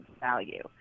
value